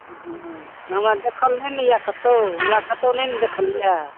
हँ हमर देखल नहि ने यऽ कतहुँ हमरा कतहुँ नहि ने देखल यऽ